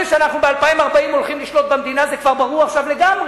זה שב-2040 אנחנו הולכים לשלוט במדינה זה כבר ברור עכשיו לגמרי.